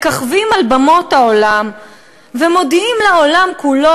מככבים על במות העולם ומודיעים לעולם כולו